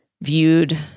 viewed